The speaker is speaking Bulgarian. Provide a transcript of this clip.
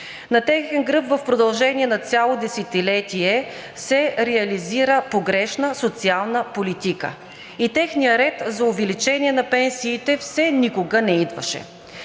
На техния гръб в продължение на цяло десетилетие се реализира погрешна социална политика и техният ред за увеличение на пенсиите все никога не идваше.